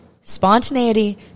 spontaneity